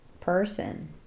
person